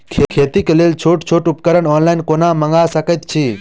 खेतीक लेल छोट छोट उपकरण ऑनलाइन कोना मंगा सकैत छी?